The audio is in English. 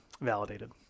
validated